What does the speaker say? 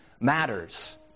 matters